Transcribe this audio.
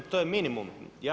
To je minimum.